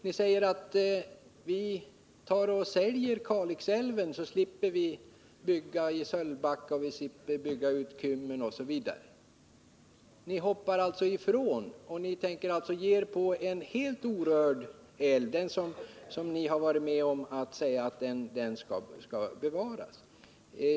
Ni säger: Vi tar och säljer Kalixälven, så slipper vi bygga i Sölvbacka, vid Kymmen osv. Ni hoppar alltså av er tidigare princip och tänker ge er på en helt orörd älv — som ni tidigare har varit med och beslutat att den skulle bevaras.